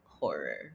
horror